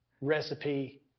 recipe